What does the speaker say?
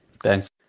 Thanks